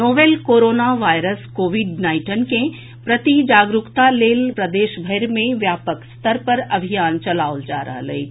novel corona virus covid nineteen के प्रति जागरूकताक लेल प्रदेशभरि मे व्यापक स्तर पर अभियान चलाओल जा रहल अछि